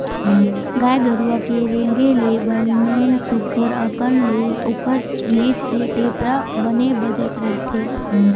गाय गरुवा के रेगे ले बने सुग्घर अंकन ले ओखर घेंच के टेपरा बने बजत रहिथे